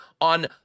on